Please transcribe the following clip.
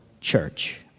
church